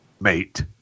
mate